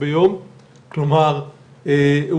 כמו קורונה או ביטחון,